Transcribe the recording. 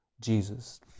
Jesus